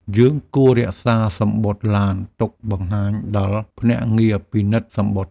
យើងគួររក្សាសំបុត្រឡានទុកបង្ហាញដល់ភ្នាក់ងារពិនិត្យសំបុត្រ។